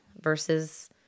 versus